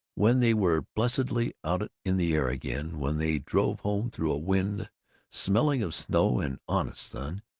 when they were blessedly out in the air again, when they drove home through a wind smelling of snow and honest sun,